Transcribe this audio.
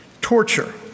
torture